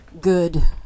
good